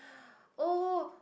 oh